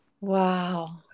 wow